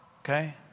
okay